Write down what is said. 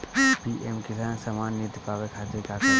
PM किसान समान निधी पावे खातिर का करी?